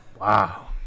Wow